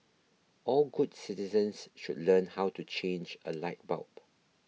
all good citizens should learn how to change a light bulb